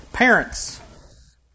Parents